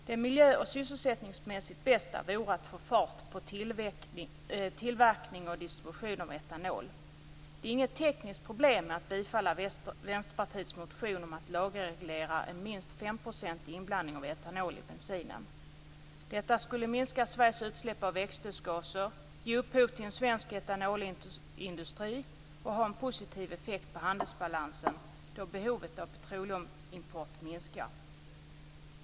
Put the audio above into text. Det miljö och sysselsättningsmässigt bästa vore att få fart på tillverkning och distribution av etanol. Det är inget tekniskt problem att bifalla Vänsterpartiets motion om att lagreglera en minst 5-procentig inblandning av etanol i bensinen. Detta skulle minska Sveriges utsläpp av växthusgaser, ge upphov till en svensk etanolindustri och ha en positiv effekt på handelsbalansen, då behovet av petroleumimport minskar.